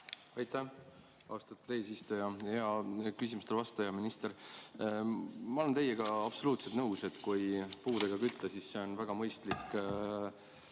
Aitäh, austatud eesistuja! Hea küsimustele vastaja, minister! Ma olen teiega absoluutselt nõus, et kui puudega kütta, siis see on väga mõistlik